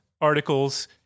articles